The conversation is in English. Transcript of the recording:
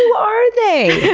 are they?